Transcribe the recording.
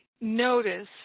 notice